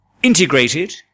Integrated